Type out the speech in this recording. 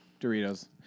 Doritos